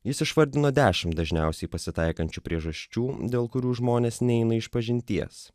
jis išvardino dešimt dažniausiai pasitaikančių priežasčių dėl kurių žmonės neina išpažinties